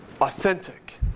authentic